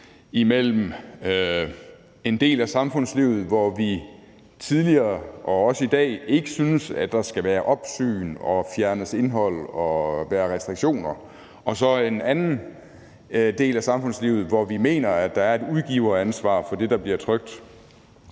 imellem en del af samfundslivet, hvor vi ikke tidligere syntes og heller i dag synes, at der skal være opsyn, fjernes indhold og være restriktioner, og en anden del af samfundslivet, hvor vi mener, at der er et udgiveransvar for det, der bliver trykt.